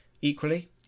Equally